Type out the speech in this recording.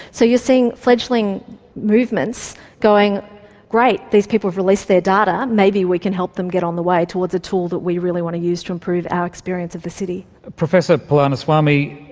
so you're seeing fledgling movements going great, these people have released their data, maybe we can help them get on the way towards a tool that we really want to use to improve our experience of the city. professor palaniswami,